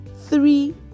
three